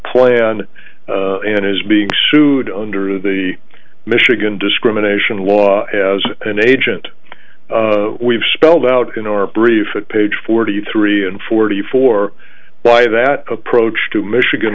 plan and is being sued under the michigan discrimination law as an agent we have spelled out in our brief it page forty three and forty four why that approach to michigan